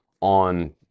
on